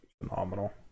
phenomenal